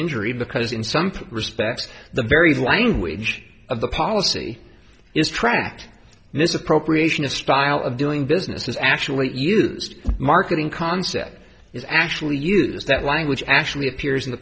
injury because in some poor respects the very language of the policy is tracked misappropriation a style of doing business is actually used marketing concept is actually used that language actually appears in the